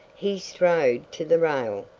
he strode to the rail,